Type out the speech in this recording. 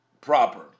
proper